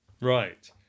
right